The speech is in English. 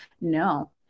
No